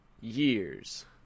years